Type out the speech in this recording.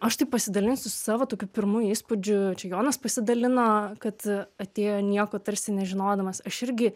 aš tai pasidalinsiu savo tokiu pirmu įspūdžiu čia jonas pasidalino kad atėjo nieko tarsi nežinodamas aš irgi